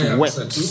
wet